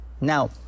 Now